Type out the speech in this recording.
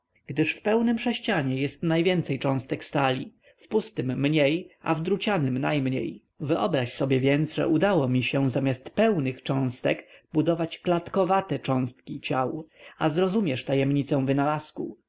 gdyż w pełnym sześcianie jest najwięcej cząstek stali w pustym mniej a w drucianym najmniej wyobraź więc sobie że udało mi się zamiast pełnych cząstek budować klatkowate cząstki ciał a zrozumiesz tajemnicę wynalazku